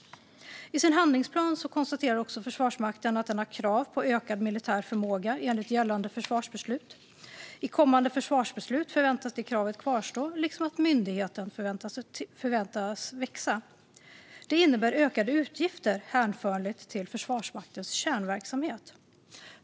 I sin handlingsplan konstaterar också Försvarsmakten att den har krav på ökad militär förmåga enligt gällande försvarsbeslut. I kommande försvarsbeslut förväntas det kravet kvarstå, liksom att myndigheten förväntas växa. Det innebär ökade utgifter hänförliga till Försvarsmaktens kärnverksamhet.